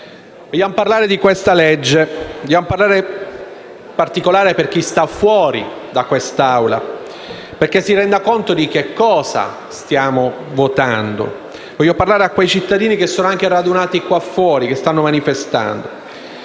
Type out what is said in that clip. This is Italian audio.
vogliamo parlare di questo provvedimento, in particolare per chi sta fuori da quest'Aula, perché si renda conto di cosa stiamo votando. Voglio parlare a quei cittadini radunati qui fuori e che stanno manifestando.